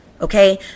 Okay